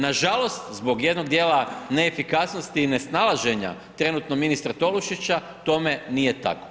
Nažalost, zbog jednog dijela neefikasnosti i nesnalaženja trenutno ministra Tolušića, tome nije tako.